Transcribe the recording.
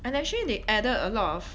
and actually they added a lot of